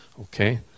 Okay